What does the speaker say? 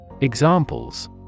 Examples